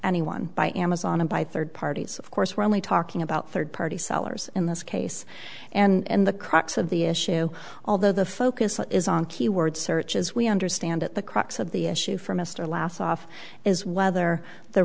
anyone by amazon and by third parties of course we're only talking about third party sellers in this case and the crux of the issue although the focus is on keyword search as we understand at the crux of the issue for mr last off is whether the